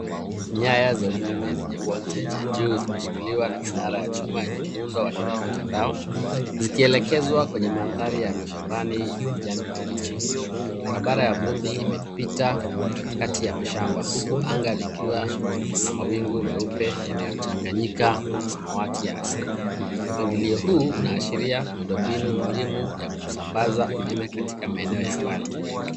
Nyaya za umeme zenye voltage ya juu zimeshikiliwa na minara ya chuma yenye muundo wa kimtandao zikielekezwa kwenye mandhari ya mashambani ya kijani kibichi. Barabara ya vumbi imepita kati ya mashamba huku anga likiwa na mawingu meupe yanayochanganyika na samawati ya asili. mpangilio huu unaashiria miundombinu muhimu ya kusambaza umeme katika maeneo ya mbali.